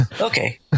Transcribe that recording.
okay